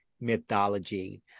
mythology